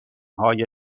های